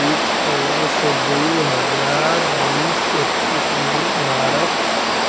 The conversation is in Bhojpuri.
वित्त वर्ष दू हजार बीस एक्कीस में भारत